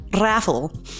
raffle